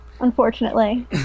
unfortunately